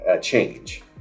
change